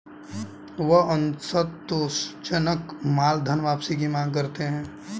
वे असंतोषजनक माल पर धनवापसी की मांग करते हैं